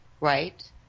Right